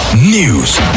news